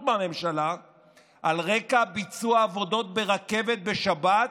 מהממשלה על רקע ביצוע עבודות ברכבת בשבת,